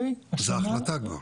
זאת החלטה כבר.